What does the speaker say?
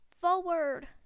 forward